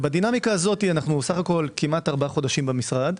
בדינמיקה הזו אנו כמעט 4 חודשים כמעט במשרד.